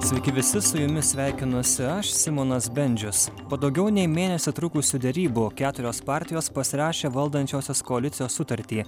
sveiki visi su jumis sveikinuosi aš simonas bendžius po daugiau nei mėnesį trukusių derybų keturios partijos pasirašė valdančiosios koalicijos sutartį